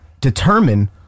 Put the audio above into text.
determine